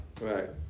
Right